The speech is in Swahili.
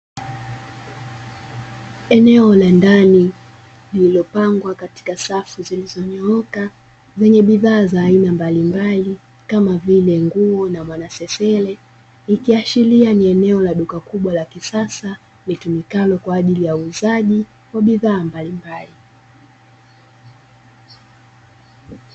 Eneo la ndani lililopangwa katika safu zilizonyooka lenye bidhaa za aina mbalimbali kama vile nguo na mwanasesere, ikiashiria ni eneo la duka kubwa la kisasa litumikalo kwa ajili ya uuzaji wa bidhaa mbalimbali.